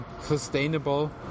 sustainable